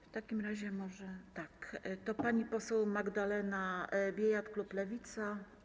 W takim razie może pani poseł Magdalena Biejat, klub Lewica.